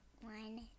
one